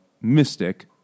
Mystic